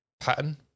pattern